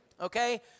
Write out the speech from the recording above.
Okay